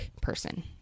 person